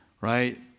right